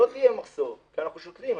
לא יהיה מחסור, כי אנחנו שותלים.